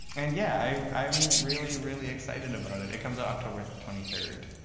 and yeah, i'm really, really excited about it. it comes out october twenty three,